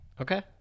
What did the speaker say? Okay